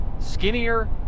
skinnier